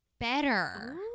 better